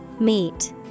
Meet